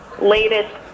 latest